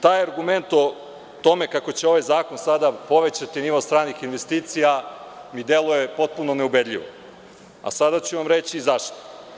Taj argument o tome kako će ovaj zakon sada povećati nivo stranih investicija mi deluje potpuno neubedljivo, sada ću vam reći i zašto.